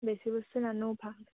বেছি বস্তু নানো